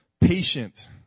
patient